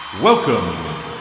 welcome